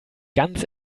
ganz